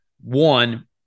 One